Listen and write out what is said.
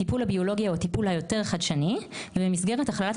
הטיפול הביולוגי הוא הטיפול היותר חדשני ובמסגרת הכללת